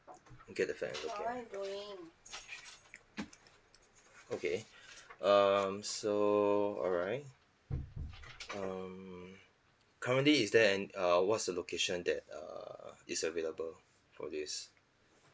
okay the flat I look at okay um so alright um currently is there an~ uh what's the location that err is available for this